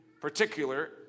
particular